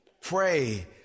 Pray